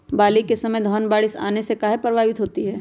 बली क समय धन बारिस आने से कहे पभवित होई छई?